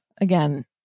again